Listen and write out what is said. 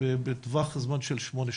בטווח זמן של שמונה שנים.